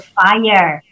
fire